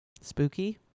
Spooky